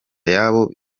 ayabo